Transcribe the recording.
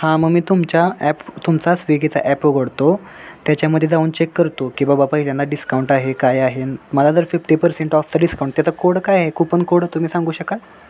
हां मग मी तुमच्या ॲप तुमचा स्विगीचा ॲप उघडतो त्याच्यामध्ये जाऊन चेक करतो की बाबा पहिल्यांदा डिस्काउंट आहे काय आहे मला जर फिफ्टी पर्सेंट ऑफचा डिस्काउंट त्याचं कोड काय आहे कुपन कोड तुम्ही सांगू शकाल